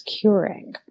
curing